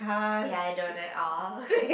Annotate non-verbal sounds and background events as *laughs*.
ya I know that all *laughs*